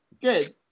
Good